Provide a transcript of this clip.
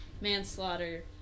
manslaughter